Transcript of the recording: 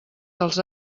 dels